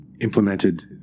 implemented